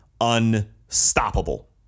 unstoppable